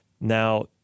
Now